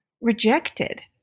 rejected